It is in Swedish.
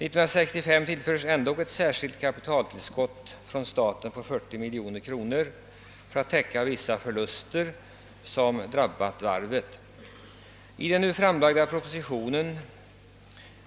År 1965 tillfördes ändock ett särskilt kapitaltillskott från staten på 40 miljoner kronor för att täcka vissa förluster som drabbat varvet. I den nu framlagda propositionen